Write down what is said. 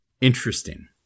Interesting